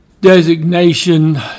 designation